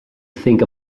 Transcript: think